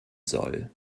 soll